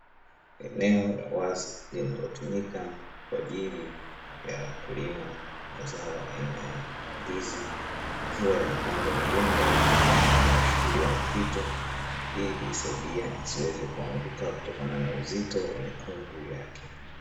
Eneo la wazi linalotumika kwa ajili ya wakulima wa zao aina ya ndizi, ikiwa imepandwa migomba inayoshikiliwa na vitu ili kuisadia isiweze kuanguka kutokana na uzito wa mikungu yake.